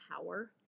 power